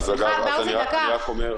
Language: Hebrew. סליחה, ברסי, דקה.